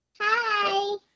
Hi